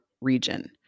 region